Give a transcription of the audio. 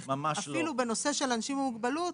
להיפך; אפילו בנושא של אנשים עם מוגבלות,